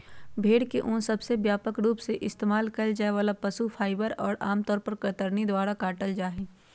भेड़ के ऊन सबसे व्यापक रूप से इस्तेमाल कइल जाये वाला पशु फाइबर हई, और आमतौर पर कतरनी द्वारा काटल जाहई